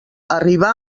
arribar